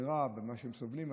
שמירה ממה שהם סובלים,